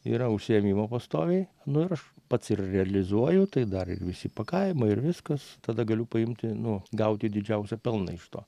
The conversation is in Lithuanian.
yra užsiėmimų pastoviai nors ir aš pats ir realizuoju tai dar visi įpakavimai ir viskas tada galiu paimti nu gauti didžiausią pelną iš to